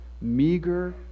meager